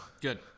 Good